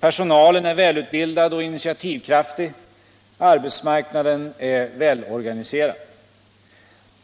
Personalen är välutbildad och initiativkraftig. Arbetsmarknaden är välorganiserad.